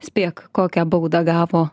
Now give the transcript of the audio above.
spėk kokią baudą gavo